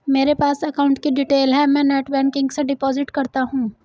मेरे पास अकाउंट की डिटेल है मैं नेटबैंकिंग से डिपॉजिट करता हूं